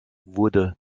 wurde